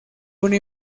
una